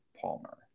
Palmer